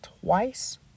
Twice